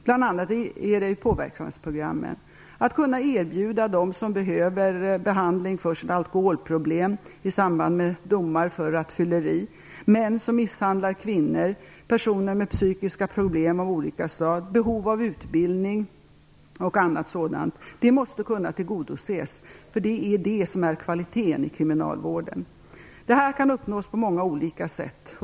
Bl.a. gäller det påverkansprogrammen, att kunna erbjuda dem som behöver behandling för sitt alkoholproblem i samband med domar för rattfylleri, män som misshandlar kvinnor, personer med psykiska problem av olika slag, behov av utbildning och annat sådant. Det måste kunna tillgodoses, för det är det som är kvaliteten i kriminalvården. Det här kan uppnås på många olika sätt.